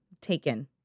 taken